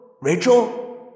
Rachel